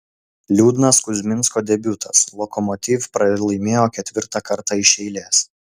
liūdnas kuzminsko debiutas lokomotiv pralaimėjo ketvirtą kartą iš eilės